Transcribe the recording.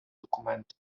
документи